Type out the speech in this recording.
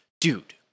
dude